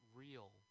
real